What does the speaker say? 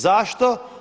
Zašto?